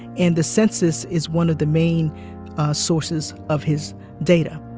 and the census is one of the main sources of his data.